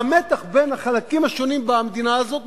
והמתח בין החלקים השונים במדינה הזאת,